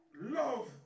love